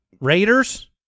Raiders